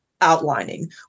outlining